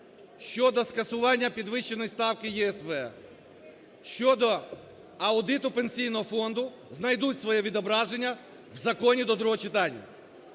щодо скасування підвищеної ставки ЄСВ, щодо аудиту Пенсійного фонду, знайдуть своє відображення в законі до другого читання.